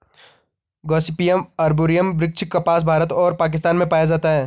Gossypium arboreum वृक्ष कपास, भारत और पाकिस्तान में पाया जाता है